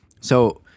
So-